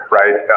right